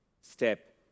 step